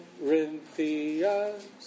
Corinthians